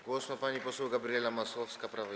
Głos ma pani poseł Gabriela Masłowska, Prawo i